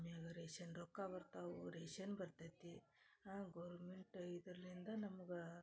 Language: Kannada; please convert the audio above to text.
ಆಮ್ಯಾಗ ರೇಷನ್ ರೊಕ್ಕ ಬರ್ತಾವು ರೇಷನ್ ಬರ್ತೈತಿ ಆ ಗೌರ್ಮೆಂಟ್ ಇದ್ರಲ್ಲಿಂದ ನಮ್ಗ